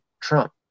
trump